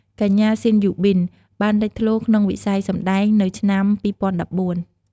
កញ្ញា ស៊ីន យូប៊ីន បានលេចធ្លោក្នុងវិស័យសម្តែងនៅឆ្នាំ ២០១៤។